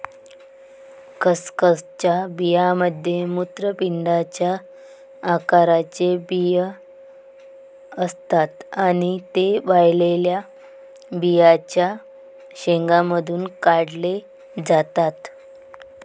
खसखसच्या बियांमध्ये मूत्रपिंडाच्या आकाराचे बिया असतात आणि ते वाळलेल्या बियांच्या शेंगांमधून काढले जातात